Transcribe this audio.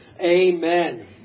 Amen